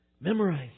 Memorize